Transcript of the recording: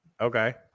Okay